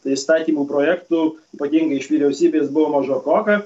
tai įstatymų projektų ypatingai iš vyriausybės buvo mažokoka